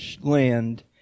land